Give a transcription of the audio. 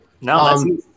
No